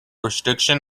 restriction